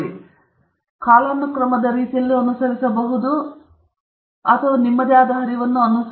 ನಾನು ಪ್ರಾದೇಶಿಕ ಮಾರ್ಗವನ್ನು ಕುರಿತು ನೀವು ಕಾಲಾನುಕ್ರಮದ ರೀತಿಯಲ್ಲಿ ಅನುಸರಿಸಬಹುದು ನೀವು ವೇರಿಯೇಬಲ್ ಹರಿವನ್ನು ಅನುಸರಿಸಬಹುದು